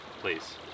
please